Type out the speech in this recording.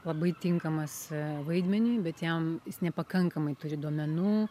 labai tinkamas vaidmeniui bet jam jis nepakankamai turi duomenų